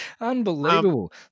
unbelievable